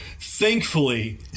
Thankfully